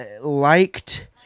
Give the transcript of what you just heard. liked